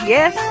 Yes